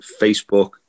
facebook